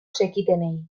zekitenei